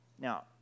Now